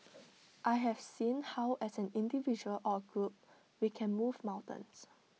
I have seen how as an individual or A group we can move mountains